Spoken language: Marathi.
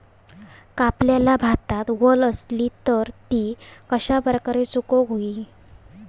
कापलेल्या भातात वल आसली तर ती कश्या प्रकारे सुकौक होई?